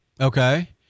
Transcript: Okay